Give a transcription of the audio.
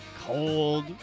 Cold